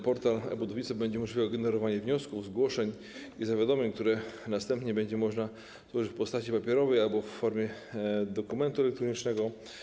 Portal e-Budownictwo będzie pozwalał na generowanie wniosków, zgłoszeń i zawiadomień, które następnie będzie można złożyć w postaci papierowej albo w formie dokumentu elektronicznego.